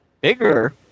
Bigger